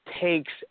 takes